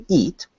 eat